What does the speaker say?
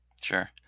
Sure